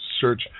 search